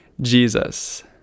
Jesus